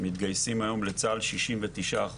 מתגייסים היום לצה"ל